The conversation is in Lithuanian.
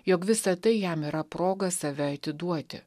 jog visa tai jam yra proga save atiduoti